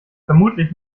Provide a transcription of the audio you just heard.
vermutlich